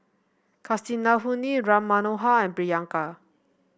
Kasinadhuni Ram Manohar and Priyanka